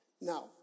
Now